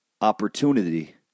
opportunity